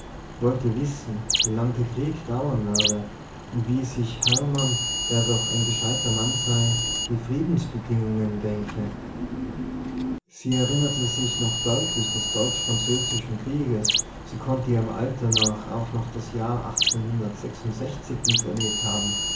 wollte wissen wie lang der krieg dauern werde und wie sich hermann der doch ein gescheiter mann sei die friedensbedingungen denke sie erinnerte sich noch deutlich des deutsch-französischen krieges sie konnte ihrem alter nach auch noch das jahr achtzehnhundertsechsundsechzig miterlebt haben